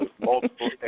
multiple